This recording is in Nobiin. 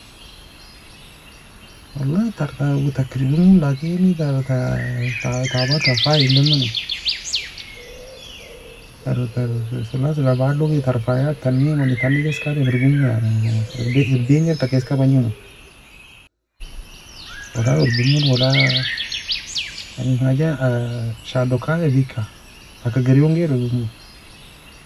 والله ter ta uoe taka erbiaremo لكن طابعة ta fayie elimani. Ter ter ثلاثي الابعاد log ter fayied tani, mani tani, eska adem erbaire mo erbaie erbaie غير taka eska bagnimo wala erbiaremo wala حاجة shado kaya feka taka gerion غير erbairemo